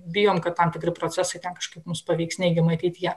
bijom kad tam tikri procesai ten kažkaip mus paveiks neigiamai ateityje